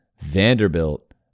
Vanderbilt